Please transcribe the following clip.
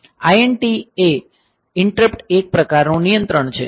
IT1 એ interrupt 1 પ્રકારનું નિયંત્રણ છે